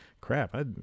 Crap